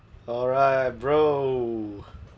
alright bro